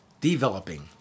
developing